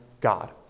God